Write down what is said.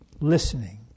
listening